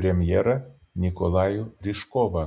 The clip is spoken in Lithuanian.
premjerą nikolajų ryžkovą